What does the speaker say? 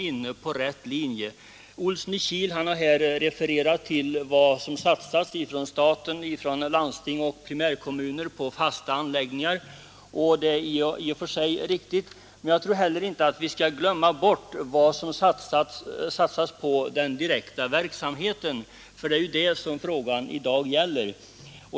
Herr Olsson i Kil har refererat vad som satsas från staten, från landsting och från primärkommuner på fasta anläggningar, och det är i och för sig riktigt, men jag tror heller inte att vi bör glömma bort vad som satsas på den direkta verksamheten, och det är ju den som frågan i dag gäller.